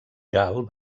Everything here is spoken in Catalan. gal